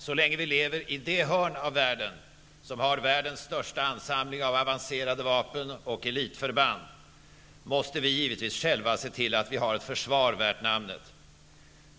Så länge vi lever i det hörn av världen som har världens största ansamling av avancerade vapen och elitförband måste vi givetvis själva se till att ha ett försvar värt namnet.